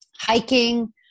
Hiking